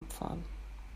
abfahren